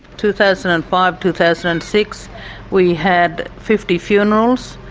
two thousand and five, two thousand and six we had fifty funerals,